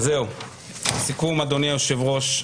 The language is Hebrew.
אדוני היושב-ראש,